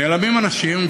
נעלמים אנשים,